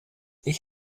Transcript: ich